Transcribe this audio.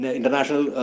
international